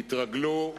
תתרגלו,